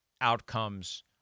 outcomes